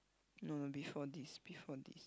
no no before this before this